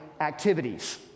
activities